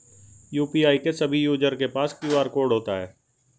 UPI के सभी user के पास क्यू.आर कोड होता है